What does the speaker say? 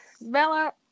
Bella